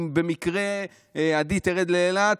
אם במקרה עדי תרד לאילת,